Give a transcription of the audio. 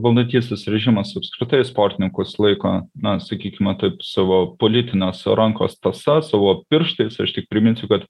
valdantysis režimas apskritai sportininkus laiko na sakykime taip savo politinės rankos tąsa savo pirštais aš tik priminsiu kad